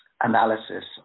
analysis